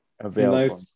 available